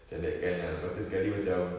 macam that kind ah lepas tu sekali macam